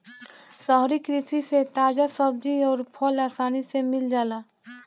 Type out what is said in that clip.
शहरी कृषि से ताजा सब्जी अउर फल आसानी से मिल जाला